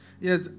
yes